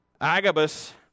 Agabus